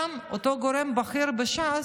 גם אותו גורם בכיר בש"ס,